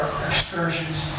excursions